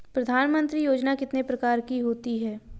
प्रधानमंत्री योजना कितने प्रकार की होती है?